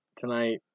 tonight